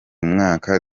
mwaka